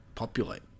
Populate